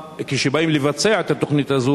כשבאים לבצע את התוכנית הזאת,